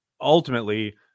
Ultimately